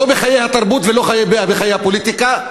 לא בחיי התרבות ולא בחיי הפוליטיקה,